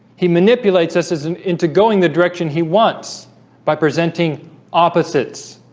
he manipulates us as an into going the direction he wants by presenting opposites